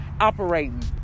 operating